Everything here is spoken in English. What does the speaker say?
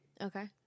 Okay